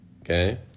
okay